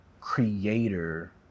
creator